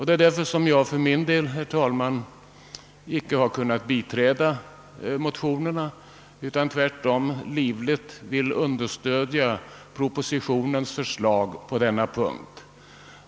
Det är därför som jag inte har kunnat biträda motionerna utan tvärtom vill livligt understödja propositionens förslag på denna punkt.